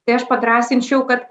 tai aš padrąsinčiau kad